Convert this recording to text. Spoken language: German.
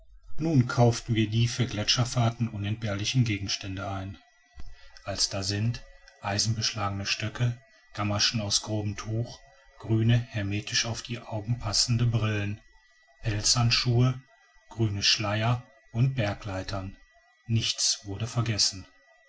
nun kauften wir die für gletscherfahrten unentbehrlichen gegenstände ein als da sind eisenbeschlagene stöcke gamaschen aus grobem tuch grüne hermetisch auf die augen passende brillen pelzhandschuhe grüne schleier und bergleitern nichts wurde vergessen